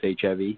HIV